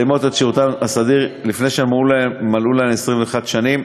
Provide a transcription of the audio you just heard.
שירותן הסדיר לפני שמלאו להן 21 שנים.